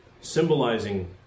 symbolizing